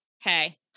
hey